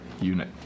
unit